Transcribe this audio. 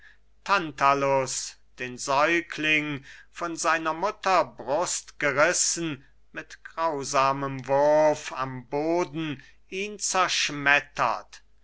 tantalus den säugling von seiner mutter brust gerissen mit grausamem wurf am boden ihn zerschmettert